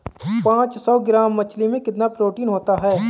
पांच सौ ग्राम मछली में कितना प्रोटीन होता है?